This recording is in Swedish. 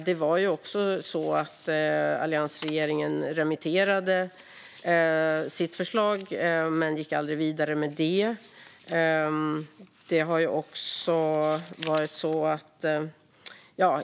Det var ju också så att alliansregeringen remitterade sitt förslag, men sedan gick man aldrig vidare med det.